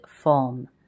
form